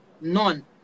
None